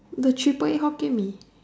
the triple eight Hokkien Mee